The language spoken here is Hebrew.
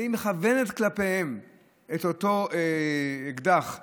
היא מכוונת כלפיהם את אותו אקדח מים,